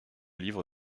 livre